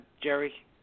Jerry